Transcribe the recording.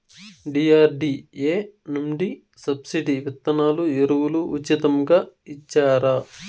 DRDA నుండి subsidy విత్తనాలు ఎరువులు ఉచితంగా ఇచ్చారా?